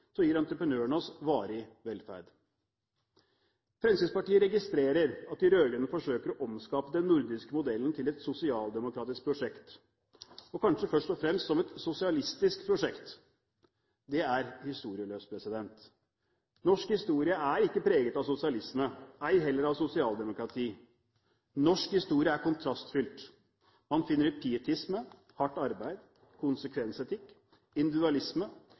gir entreprenøren oss varig velferd. Fremskrittspartiet registrerer at de rød-grønne forsøker å omskape den nordiske modellen til et sosialdemokratisk prosjekt – og kanskje først og fremst som et sosialistisk prosjekt. Det er historieløst. Norsk historie er ikke preget av sosialisme, ei heller av sosialdemokrati. Norsk historie er kontrastfylt. Man finner pietisme, hardt arbeid, konsekvensetikk,